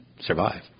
survive